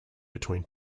between